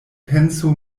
penso